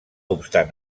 obstant